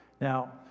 Now